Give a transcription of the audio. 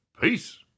Peace